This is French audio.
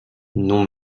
non